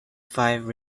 five